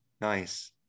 Nice